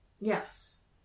Yes